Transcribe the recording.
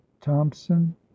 thompson